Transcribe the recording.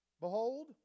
Behold